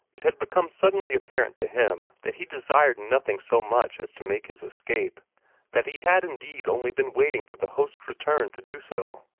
it had become suddenly apparent to him that he desired nothing so much as to make his escape that he had indeed only been waiting for the host's return to do so.